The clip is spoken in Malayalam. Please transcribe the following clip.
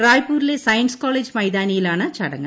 റായ്പൂരിലെ സയൻസ് കോളേജ് മൈതാനിയിലാണ് ചടങ്ങ്